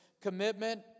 commitment